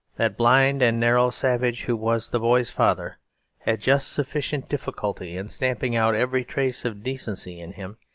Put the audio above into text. that blind and narrow savage who was the boy's father had just sufficient difficulty in stamping out every trace of decency in him,